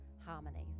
harmonies